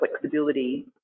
flexibility